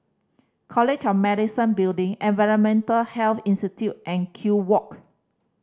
College of Medicine Building Environmental Health Institute and Kew Walk